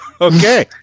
Okay